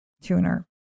tuner